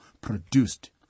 produced